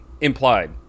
Implied